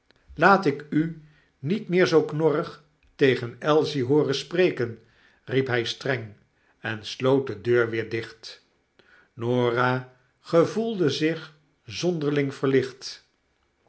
laat ik u niet meer zoo knorrig tegen ailsie hooren spreken riep hy streng en sloot de deur weer dicht norah gevoelde zich zonderling verlicht